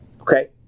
okay